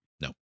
No